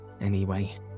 Anyway